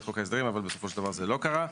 חוק ההסדרים אבל בסופו של דבר זה לא קרה.